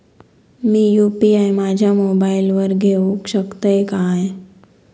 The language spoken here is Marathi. मी यू.पी.आय माझ्या मोबाईलावर घेवक शकतय काय?